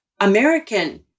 American